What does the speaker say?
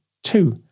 Two